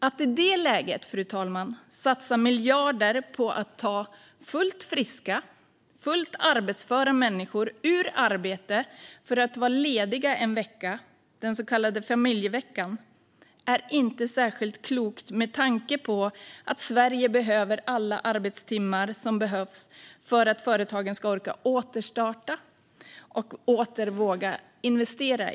Att i det läget, fru talman, satsa miljarder på att ta fullt friska och fullt arbetsföra människor ur arbete för att vara lediga en vecka, den så kallade familjeveckan, är inte särskilt klokt med tanke på att Sverige behöver alla arbetstimmar för att företagen ska orka återstarta och åter våga investera.